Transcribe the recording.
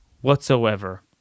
whatsoever